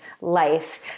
life